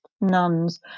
nuns